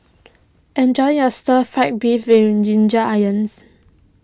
enjoy your Stir Fry Beef Ginger Onions